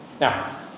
Now